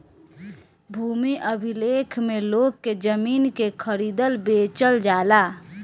भूमि अभिलेख में लोग के जमीन के खरीदल बेचल जाला